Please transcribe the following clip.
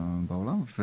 אלא בעולם.